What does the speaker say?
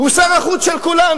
הוא שר החוץ של כולנו,